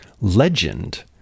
Legend